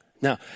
Now